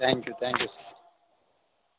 thank you thank you sir